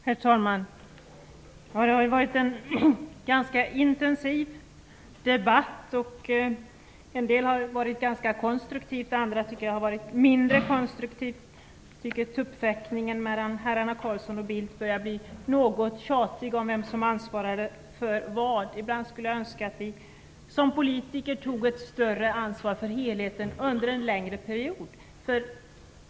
Herr talman! Det har varit en ganska intensiv debatt. En del har varit konstruktiva, andra har varit mindre konstruktiva. Jag tycker att tuppfäktningen mellan herrarna Carlsson och Bildt om vem som ansvarar för vad börjar bli något tjatig. Ibland önskar jag att vi som politiker tar ett större ansvar för helheten under en längre period.